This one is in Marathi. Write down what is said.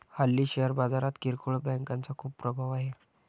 हल्ली शेअर बाजारात किरकोळ बँकांचा खूप प्रभाव आहे